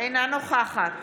אינה נוכחת